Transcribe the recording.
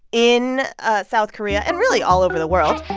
in south korea and really all over the world